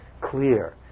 clear